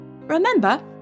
Remember